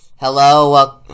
Hello